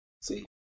See